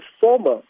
former